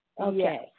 Okay